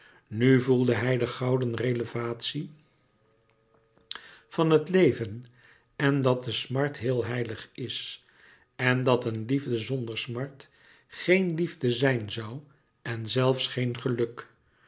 nu voelde hij de gouden revelatie van het leven en dat de smart heel heilig is en dat een liefde zonder smart geen liefde zijn zoû en zelfs geen geluk